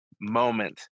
moment